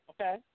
okay